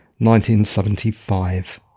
1975